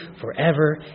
forever